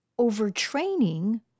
overtraining